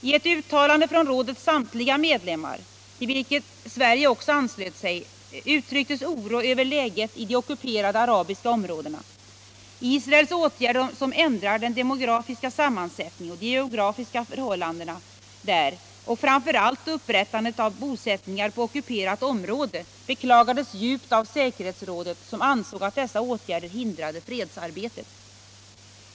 I ett uttalande från rådets samtliga medlemmar, till vilket Sverige också anslöt sig, uttrycktes oro över läget i de ockuperade arabiska områdena. Israels åtgärder som ändrar den demografiska sammansättningen och de geografiska förhållandena där, och framför allt upprättandet av bosättningar på ockuperat område, beklagades djupt av säkerhetsrådet, som ansåg att dessa åtgärder hindrade fredsarbetet.